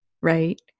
right